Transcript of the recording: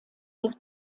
des